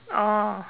oh